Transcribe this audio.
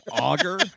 auger